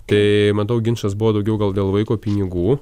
tai matau ginčas buvo daugiau gal dėl vaiko pinigų